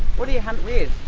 what do you hunt with?